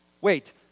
Wait